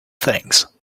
things